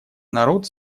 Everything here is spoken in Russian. народ